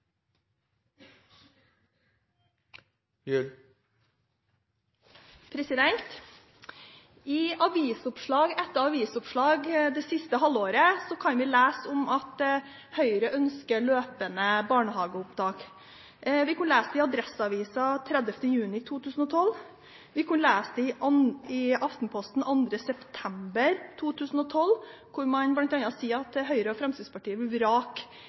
replikkordskifte. I avisoppslag etter avisoppslag det siste halvåret kan vi lese at Høyre ønsker løpende barnehageopptak. Vi kunne lese det i Adresseavisen 30. juni 2012, vi kunne lese det i Aftenposten 2. september 2012, der man bl.a. sier at Høyre og Fremskrittspartiet